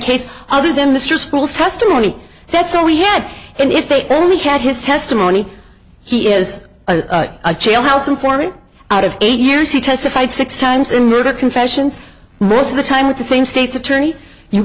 case other than mr school's testimony that's all we had and if they only had his testimony he is a jailhouse informant out of eight years he testified six times in murder confessions most of the time with the same state's attorney you